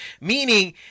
Meaning